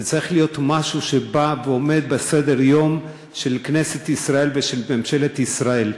זה צריך להיות משהו שבא ועומד בסדר-היום של כנסת ישראל ושל ממשלת ישראל.